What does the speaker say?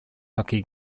hockey